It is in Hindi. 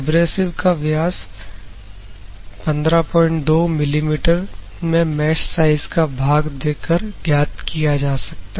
एब्रेसिव का व्यास 152 मिल मीटर में मेश साइज का भाग देकर ज्ञात किया जा सकता है